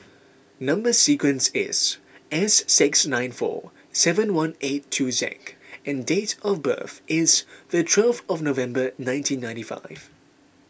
Number Sequence is S six nine four seven one eight two Zak and dates of birth is the twelve of November nineteen ninety five